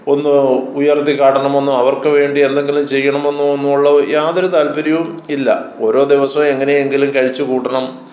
ഒന്ന് ഉയർത്തി കാട്ടണമെന്നോ അവർക്ക് വേണ്ടി എന്തെങ്കിലും ചെയ്യണമെന്നോ ഉള്ള യാതൊരു താൽപ്പര്യവും ഇല്ല ഓരോ ദിവസവും എങ്ങനെ എങ്കിലും കഴിച്ച് കൂട്ടണം